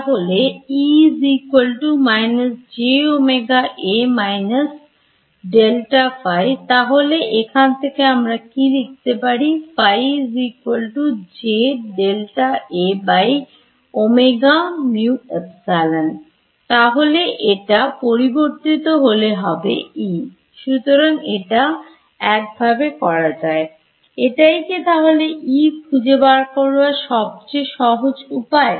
তাহলে তাহলে এখান থেকে আমরা লিখতে পারি তাহলে এটা পরিবর্তিত হলে হবে E সুতরাং এটা একভাবে করা যায় এটাই কি তাহলে E খুঁজে বার করার সবচেয়ে সহজ উপায়